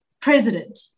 president